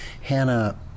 Hannah